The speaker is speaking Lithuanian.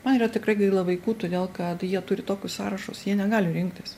man yra tikrai gaila vaikų todėl kad jie turi tokius sąrašus jie negali rinktis